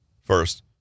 First